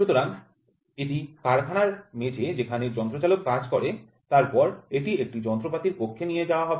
সুতরাং এটি কারখানার মেঝে যেখানে যন্ত্রচালক কাজ করে তারপরে এটি একটি যন্ত্রপাতির কক্ষে নিয়ে যাওয়া হবে